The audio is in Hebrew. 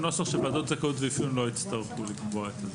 הנוסח שוועדות הזכאות והאפיון לא הצטרכו לקבוע את זה.